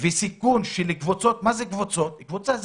אז